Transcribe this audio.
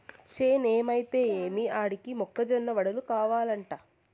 చేనేమైతే ఏమి ఆడికి మొక్క జొన్న వడలు కావలంట